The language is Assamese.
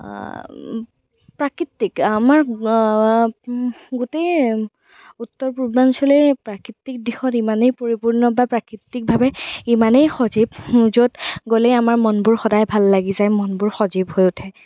প্ৰাকৃতিক আমাৰ গোটেই উত্তৰ পূৰ্বাঞ্চলেই প্ৰাকৃতিক দিশত ইমানেই পৰিপূৰ্ণ বা প্ৰাকৃতিকভাৱে ইমানেই সজীৱ য'ত গ'লেই আমাৰ মনবোৰ সদায় ভাল লাগি যায় মনবোৰ সজীৱ হৈ উঠে